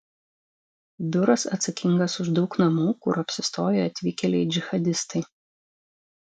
biuras atsakingas už daug namų kur apsistoję atvykėliai džihadistai